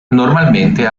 normalmente